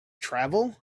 travel